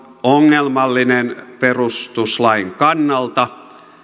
ongelmallinen perustuslain kannalta